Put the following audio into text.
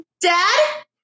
Dad